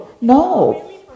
No